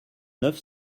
neuf